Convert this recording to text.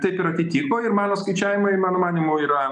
taip ir atitiko ir mano skaičiavimai mano manymu yra